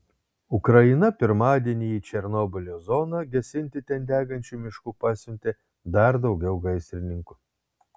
ukraina pirmadienį į černobylio zoną gesinti ten degančių miškų pasiuntė dar daugiau gaisrininkų